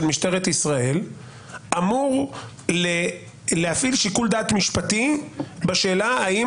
משטרת ישראל אמור להפעיל שיקול דעת משפטי בשאלה האם